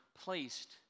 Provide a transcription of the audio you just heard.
placed